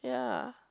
yeah